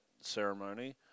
ceremony